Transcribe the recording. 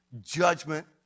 judgment